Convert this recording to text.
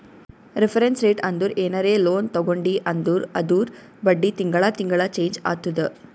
reference rate ಅಂದುರ್ ಏನರೇ loan ತಗೊಂಡಿ ಅಂದುರ್ ಅದೂರ್ ಬಡ್ಡಿ ತಿಂಗಳಾ ತಿಂಗಳಾ ಚೆಂಜ್ ಆತ್ತುದ